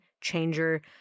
changer